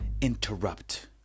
interrupt